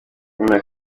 yemera